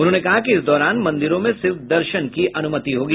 उन्होंने कहा कि इस दौरान मंदिरों में सिर्फ दर्शन की अनुमति होगी